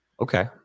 Okay